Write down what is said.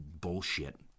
bullshit